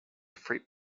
freight